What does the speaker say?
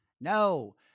No